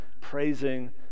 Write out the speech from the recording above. praising